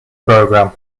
program